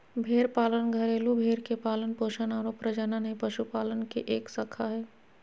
भेड़ पालन घरेलू भेड़ के पालन पोषण आरो प्रजनन हई, पशुपालन के एक शाखा हई